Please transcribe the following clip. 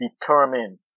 determine